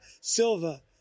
Silva